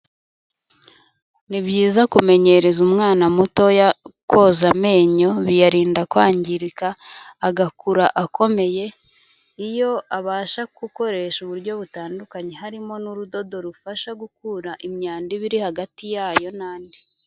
Ni byiza kumenyereza umwana mutoya koza amenyo, biyarinda kwangirika, agakura akomeye, iyo abasha gukoresha uburyo butandukanye harimo n'urudodo rufasha gukura imyanda iba iri hagati yayo n'andi.